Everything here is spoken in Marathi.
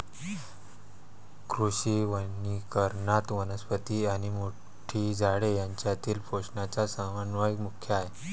कृषी वनीकरणात, वनस्पती आणि मोठी झाडे यांच्यातील पोषणाचा समन्वय मुख्य आहे